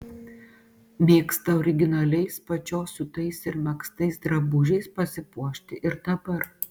mėgsta originaliais pačios siūtais ir megztais drabužiais pasipuošti ir dabar